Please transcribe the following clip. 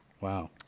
Wow